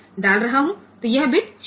હવે હું df મૂકી રહ્યો છું